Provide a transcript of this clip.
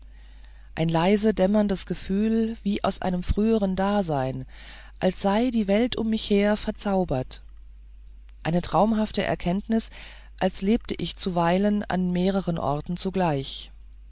ein leise dämmerndes gefühl wie aus einem früheren dasein als sei die welt um mich her verzaubert eine traumhafte erkenntnis als lebte ich zuweilen an mehreren orten zugleich